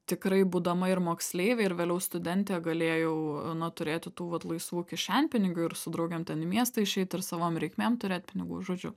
tikrai būdama ir moksleivė ir vėliau studentė galėjau na turėti tų vat laisvų kišenpinigių ir su draugėm ten į miestą išeit ir savom reikmėm turėt pinigų žodžiu